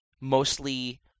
mostly